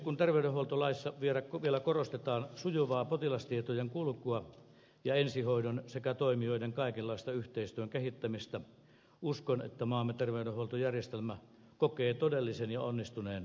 kun terveydenhuoltolaissa vielä korostetaan sujuvaa potilastietojen kulkua ja ensihoidon sekä toimijoiden kaikenlaista yhteistyön kehittämistä niin uskon että maamme terveydenhuoltojärjestelmä kokee todellisen ja onnistuneen remontin